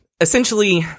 Essentially